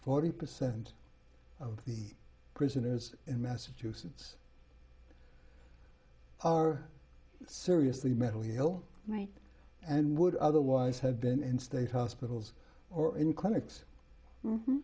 forty percent of the prisoners in massachusetts are seriously mentally ill right and would otherwise have been in state hospitals or in clinics